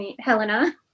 Helena